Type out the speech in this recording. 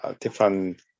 different